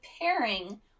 pairing